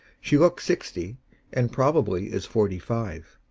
she looks sixty and probably is forty-five.